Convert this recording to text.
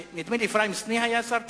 כשאפרים סנה היה שר התחבורה.